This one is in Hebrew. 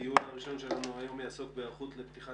הדיון הראשון שלנו היום יעסוק בהיערכות לפתיחת